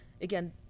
again